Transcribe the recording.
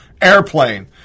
Airplane